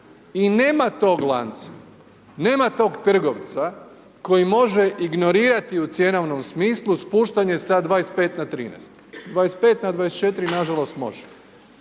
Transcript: I nema tog lanca, nema tog trgovca koji može ignorirati u cjenovnom smislu spuštanje sa 25 na 13. 25 na 24 nažalost može.